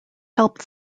helped